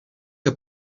que